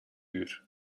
uur